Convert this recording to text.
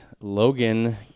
Logan